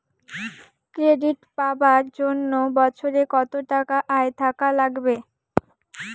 Credit পাবার জন্যে বছরে কত টাকা আয় থাকা লাগবে?